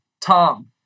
Tom